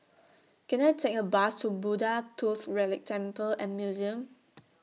Can I Take A Bus to Buddha Tooth Relic Temple and Museum